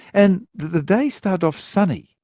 and that the day started off sunny,